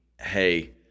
Hey